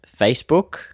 Facebook